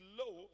low